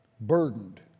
burdened